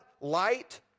light